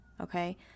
okay